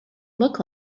look